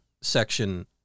section